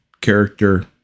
character